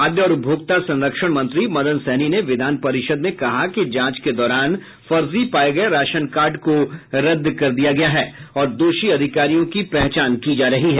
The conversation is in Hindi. खाद्य और उपभोक्ता संरक्षण मंत्री मदन सहनी ने विधान परिषद में कहा कि जांच के दौरान फर्जी पाये गये राशन कार्ड को रद्द कर दिया है और दोषी अधिकारियों की पहचान की जा रही है